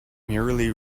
merely